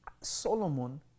Solomon